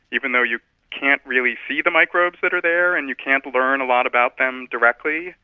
even though you can't really see the microbes that are there and you can't learn a lot about them directly,